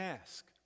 ask